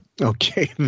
okay